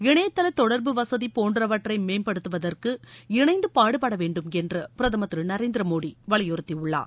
இணையதள தொடர்பு வசதி போன்றவற்றை மேம்படுத்துவதற்கு இணைந்து பாடுபடவேண்டும் என்று பிரதமர் திரு நரேந்திரமோடி வலியுறுத்தியுள்ளார்